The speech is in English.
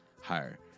higher